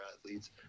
athletes